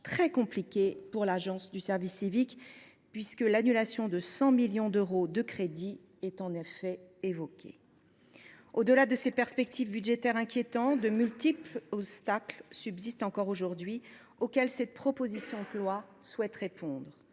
compliqué pour l’Agence du service civique : l’annulation de 100 millions d’euros de crédits est en effet évoquée… Au delà de ces perspectives budgétaires inquiétantes, de multiples obstacles subsistent, auxquels cette proposition de loi souhaite répondre.